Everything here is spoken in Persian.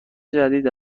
جدید